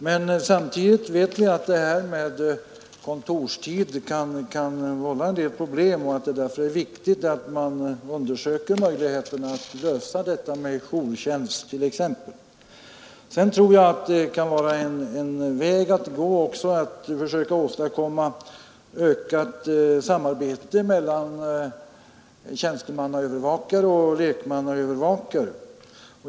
Men samtidigt vet vi att det här med kontorstid kan vålla en del problem och att det därför är viktigt att undersöka möjligheterna att ordna t.ex. jourtjänst. Det kan också vara en väg att gå att söka åstadkomma ökat samarbete mellan tjänstemannaövervakare och lekmannaövervakare.